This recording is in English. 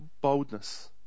boldness